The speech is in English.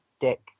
Dick